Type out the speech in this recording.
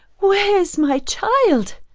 where is my child?